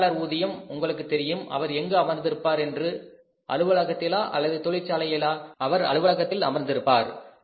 மேலாளர் ஊதியம் உங்களுக்கு தெரியும் அவர் எங்கு அமர்ந்திருப்பார் என்று அலுவலகத்திலா அல்லது தொழிற்சாலையிலா அவர் அலுவலகத்தில் அமர்ந்திருப்பார்